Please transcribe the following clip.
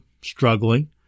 struggling